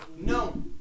no